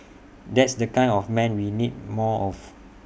that's the kind of man we need more of